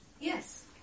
Yes